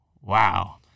wow